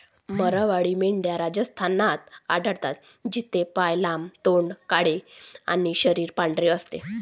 मारवाडी मेंढ्या राजस्थानात आढळतात, तिचे पाय लांब, तोंड काळे आणि शरीर पांढरे असते